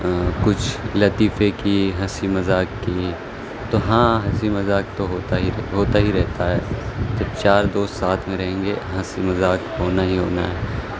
کچھ لطیفے کی ہنسی مذاق کی تو ہاں ہنسی مذاق تو ہوتا ہی ہوتا ہی رہتا ہے جب چار دوست ساتھ میں رہیں گے ہنسی مذاق ہونا ہی ہونا ہے